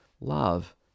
love